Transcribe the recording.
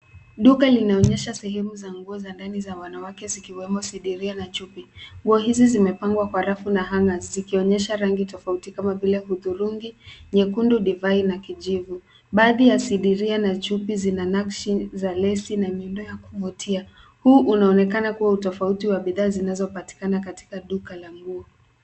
Duka linaonyesha sehemu za nguo za ndani za wanawake zikiwemo sindiria na chupi. Nguo hizi zimepangwa kwa rafu na hangers zikionyesha rangi tofauti kama vile udhurungi, nyekundu, divai na kijivu. Baadhi ya sindiria na chupi zina nakshi za lesi na miundo ya kuvutia. Huu unaonekana kuwa utofauti wa bidhaa zinazopatikana katiika duka la nguo.